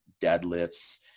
deadlifts